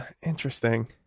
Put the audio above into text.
interesting